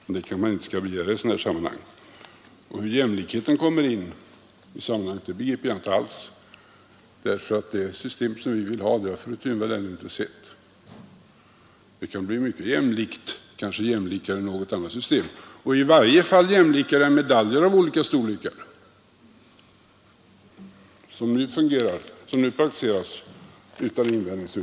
Men det kanske man inte skall begära i sådana här sammanhang. Hur jämlikheten kommer in i bilden begriper jag inte alls; det system vi önskar har fru Thunvall ännu inte sett. Det kan bli mycket jämlikt, kanske jämlikare än något annat system, och i varje fall jämlikare än medaljer i olika storlekar, ett system som nu praktiseras såvitt jag förstår utan invändning.